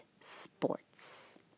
sports